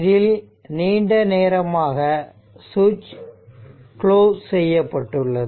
இதில் நீண்ட நேரமாக சுவிட்ச் குளோஸ் செய்யப்பட்டுள்ளது